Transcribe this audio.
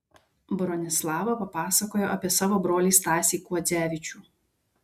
bronislava papasakojo apie savo brolį stasį kuodzevičių